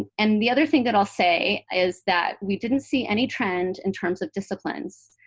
and and the other thing that i'll say is that we didn't see any trend in terms of disciplines.